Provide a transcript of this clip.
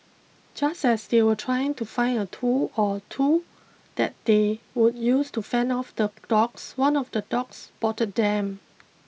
just as they were trying to find a tool or two that they would use to fend off the dogs one of the dogs spotted them